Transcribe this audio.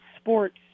sports